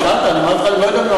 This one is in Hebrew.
רק רגע, תן לי.